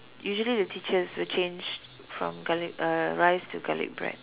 usually the teachers will change from garlic uh rice to garlic bread